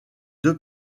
deux